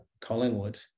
Collingwood